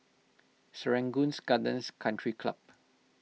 Serangoons Gardens Country Club